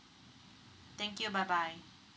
thank you bye bye